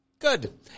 Good